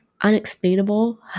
unexplainable